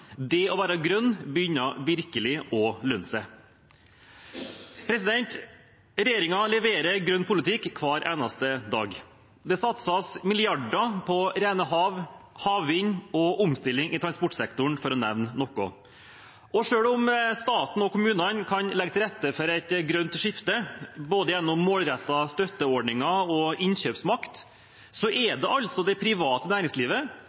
Det å være grønn begynner virkelig å lønne seg. Regjeringen leverer grønn politikk hver eneste dag. Det satses milliarder på rene hav, havvind og omstilling i transportsektoren, for å nevne noe. Og selv om staten og kommunene kan legge til rette for et grønt skifte gjennom både målrettede støtteordninger og innkjøpsmakt, er det det private næringslivet